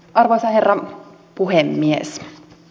arvoisa herra puhemies